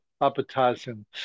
appetizing